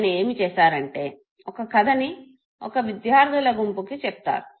ఆయన ఏమి చేసారంటే ఒక కధని ఒక విద్యార్థుల గుంపుకి చెప్తారు